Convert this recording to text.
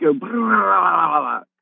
go